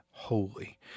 Holy